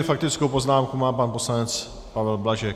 Faktickou poznámku má pan poslanec Pavel Blažek.